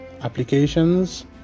applications